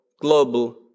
global